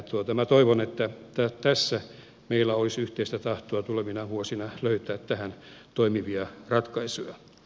minä toivon että meillä olisi yhteistä tahtoa tulevina vuosina löytää tähän toimivia ratkaisuja